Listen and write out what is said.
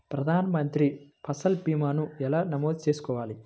ప్రధాన మంత్రి పసల్ భీమాను ఎలా నమోదు చేసుకోవాలి?